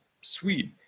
sweet